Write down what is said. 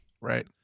Right